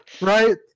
Right